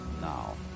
now